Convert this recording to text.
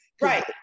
right